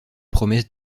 promesses